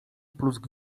plusk